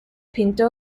pinto